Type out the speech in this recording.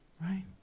Right